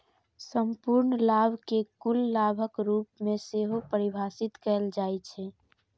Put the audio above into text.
संपूर्ण लाभ कें कुल लाभक रूप मे सेहो परिभाषित कैल जाइ छै